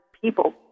people